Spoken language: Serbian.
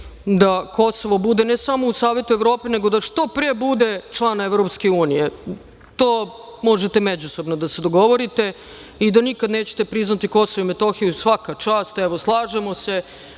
da Kosovo bude ne samo u Savetu Evrope, nego da što pre bude član Evropske unije. To možete međusobno da se dogovorite i da nikada nećete priznati Kosovo i Metohiju, svaka čast, evo slažemo se.